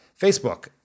Facebook